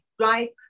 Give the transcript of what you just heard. right